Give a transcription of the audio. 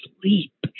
sleep